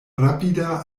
rapida